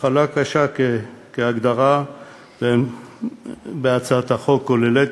"מחלה קשה" כהגדרתה בהצעת החוק כוללת,